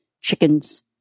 chickens